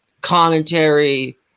commentary